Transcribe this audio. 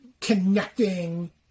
connecting